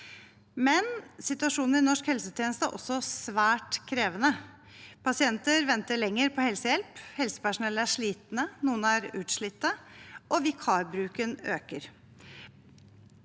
Men situasjonen i norsk helsetjeneste er også svært krevende. Pasienter venter lenger på helsehjelp, helsepersonellet er slitne, noen er utslitt, og vikarbruken øker.